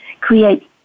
create